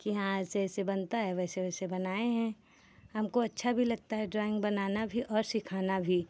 कि हाँ ऐसे ऐसे बनता है वैसे वैसे बनाए हैं हमको अच्छा भी लगता है ड्राइंग बनाना भी और सिखाना भी